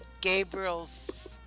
Gabriel's